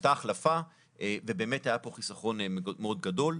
הייתה החלפה ובאמת היה פה חיסכון מאוד גדול.